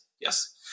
Yes